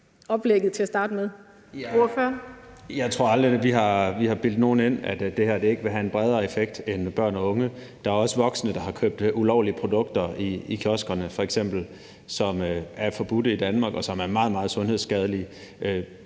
Jeg tror aldrig, vi har bildt nogen ind, at det her ikke ville have en bredere effekt end børn og unge. Der er f.eks. også voksne, der har købt ulovlige produkter i kioskerne, som er forbudte i Danmark, og som er meget, meget sundhedsskadelige.